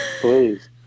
Please